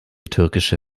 türkische